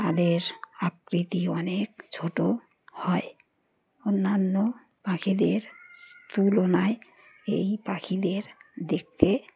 তাদের আকৃতি অনেক ছোটো হয় অন্যান্য পাখিদের তুলনায় এই পাখিদের দেখতে